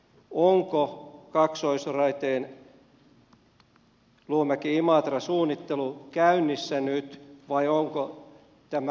onko kaksoisraiteen luumäkiimatra suunnittelu käynnissä nyt vai onko tämä uudelleenarviointi